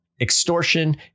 extortion